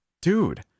Dude